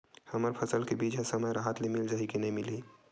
हमर फसल के बीज ह समय राहत ले मिल जाही के नी मिलही?